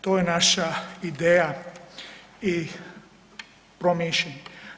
To je naša ideja i promišljanje.